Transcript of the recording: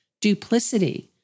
duplicity